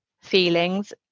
feelings